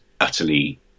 utterly